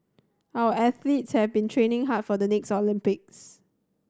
our athletes have been training hard for the next Olympics